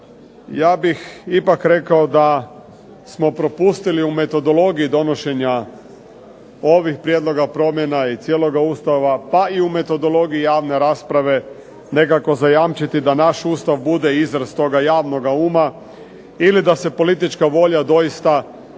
ja bih ipak rekao da smo propustili u metodologiji donošenja ovih prijedloga promjena i cijeloga Ustava pa i u metodologiji javne rasprave nekako zajamčiti da naš Ustav bude izraz toga javnoga uma ili da se politička volja doista konstituira